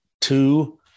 two